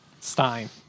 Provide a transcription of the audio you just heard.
Stein